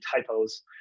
typos